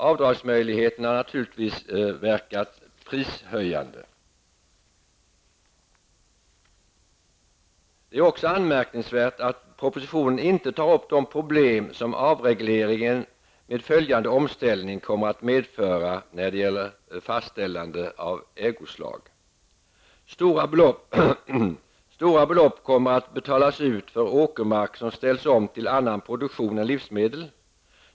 Avdragsmöjligheten har naturligtvis verkat prishöjande. Det är också anmärkningsvärt att propositionen inte tar upp de problem som avregleringen med följande omställning kommer att medföra när det gäller fastställande av ägoslag. Stora belopp kommer att betalas ut för åkermark som ställs om till annan produktion än livsmedel.